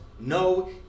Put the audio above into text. no